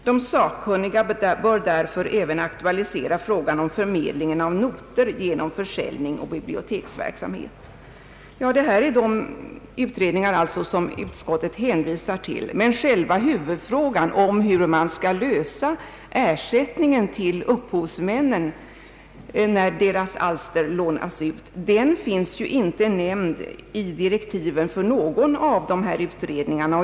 De sakkunniga bör därför även aktualisera frågan om förmedlingen av noter genom försäljning och biblioteksverksamhet.» Utskottet hänvisar alltså till dessa utredningar, men huvudfrågan om hur man skall lösa ersättningsproblemet för upphovsmännen när deras alster lånas ut finns ju inte nämnd i direktiven för någon av utredningarna.